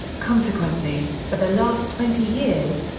consequently, for the last twenty years,